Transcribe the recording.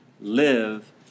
live